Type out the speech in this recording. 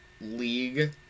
league